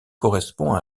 correspond